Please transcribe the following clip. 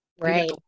Right